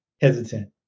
hesitant